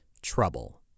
trouble